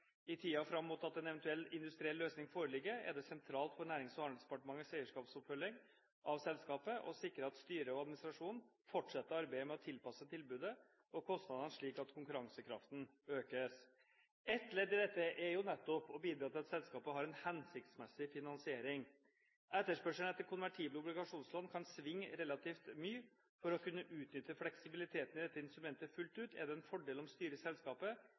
I tiden fram mot at en eventuell industriell løsning foreligger, er det sentralt for Nærings- og handelsdepartementets eierskapsoppfølging av selskapet å sikre at styret og administrasjonen fortsetter arbeidet med å tilpasse tilbudet og kostnadene slik at konkurransekraften økes. Et ledd i dette er nettopp å bidra til at selskapet har en hensiktsmessig finansiering. Etterspørselen etter konvertible obligasjonslån kan svinge relativt mye. For å kunne utnytte fleksibiliteten i dette instrumentet full ut er det en fordel om styret i selskapet,